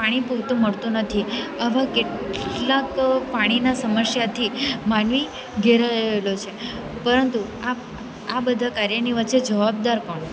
પાણી પૂરતું મળતું નથી આવા કેટલાંક પાણીના સમસ્યાથી માનવી ઘેરાયેલો છે પરંતુ આ આ બધા કર્યોની વચ્ચે જવાબદાર કોણ